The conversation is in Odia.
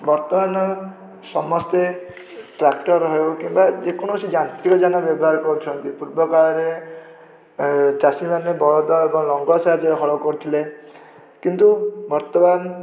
ବର୍ତ୍ତମାନ ସମସ୍ତେ ଟ୍ରାକ୍ଟର୍ ହେଉ କିମ୍ବା ଯେକୌଣସି ଯାନ୍ତ୍ରିକ ଯାନ ବ୍ୟବହାର କରୁଛନ୍ତି ପୂର୍ବକାଳରେ ଏ ଚାଷୀମାନେ ବଳଦ ଏବଂ ଲଙ୍ଗଳ ସହାଯ୍ୟରେ ହଳ କରୁଥିଲେ କିନ୍ତୁ ବର୍ତ୍ତମାନ